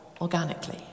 organically